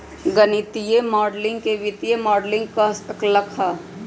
गणितीय माडलिंग के वित्तीय मॉडलिंग कह सक ल ह